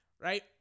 right